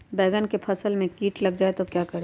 बैंगन की फसल में कीट लग जाए तो क्या करें?